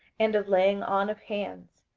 and of laying on of hands,